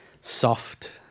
soft